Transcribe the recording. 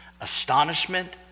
astonishment